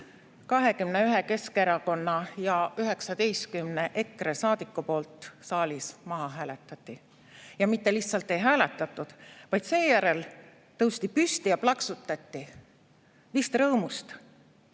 21 Keskerakonna ja 19 EKRE saadiku poolt saalis maha hääletati. Ja mitte lihtsalt ei hääletatud maha, vaid seejärel tõusti püsti ja plaksutati – vist rõõmust,